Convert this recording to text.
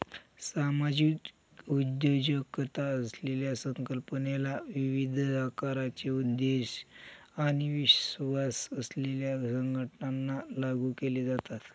सामाजिक उद्योजकता असलेल्या संकल्पनेला विविध आकाराचे उद्देश आणि विश्वास असलेल्या संघटनांना लागू केले जाते